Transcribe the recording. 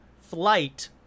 flight